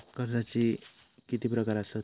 कर्जाचे किती प्रकार असात?